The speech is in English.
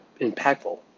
impactful